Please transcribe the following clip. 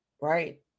right